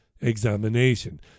examination